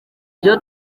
byo